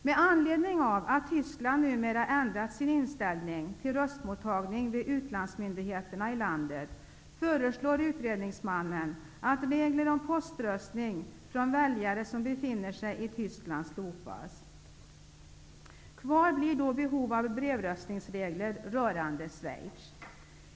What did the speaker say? Med anledning av att Tyskland numera har ändrat sin inställning till röstmottagning vid utlandsmyndigheterna i landet, föreslår utredningsmannen att regler om poströstning från väljare som befinner sig i Tyskland slopas. Kvar blir då behov av brevröstningsregler rörande Schweiz.